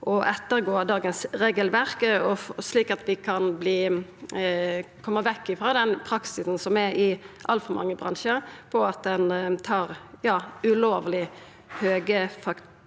og ettergå dagens regelverk, slik at vi kan koma vekk ifrå den praksisen som er i altfor mange bransjar, nemleg at ein tar ulovleg høge fakturagebyr,